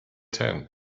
tent